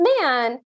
man